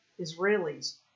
israelis